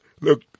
look